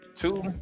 Two